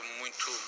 muito